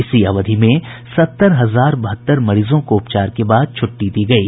इसी अवधि में सत्तर हजार बहत्तर मरीजों को उपचार के बाद छुट्टी दी गयी